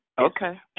Okay